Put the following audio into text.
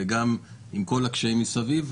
גם עם כל הקשיים מסביב.